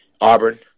Auburn